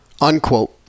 unquote